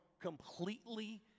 completely